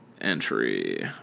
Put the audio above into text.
entry